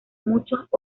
muchos